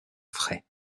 frais